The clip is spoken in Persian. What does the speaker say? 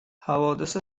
حوادث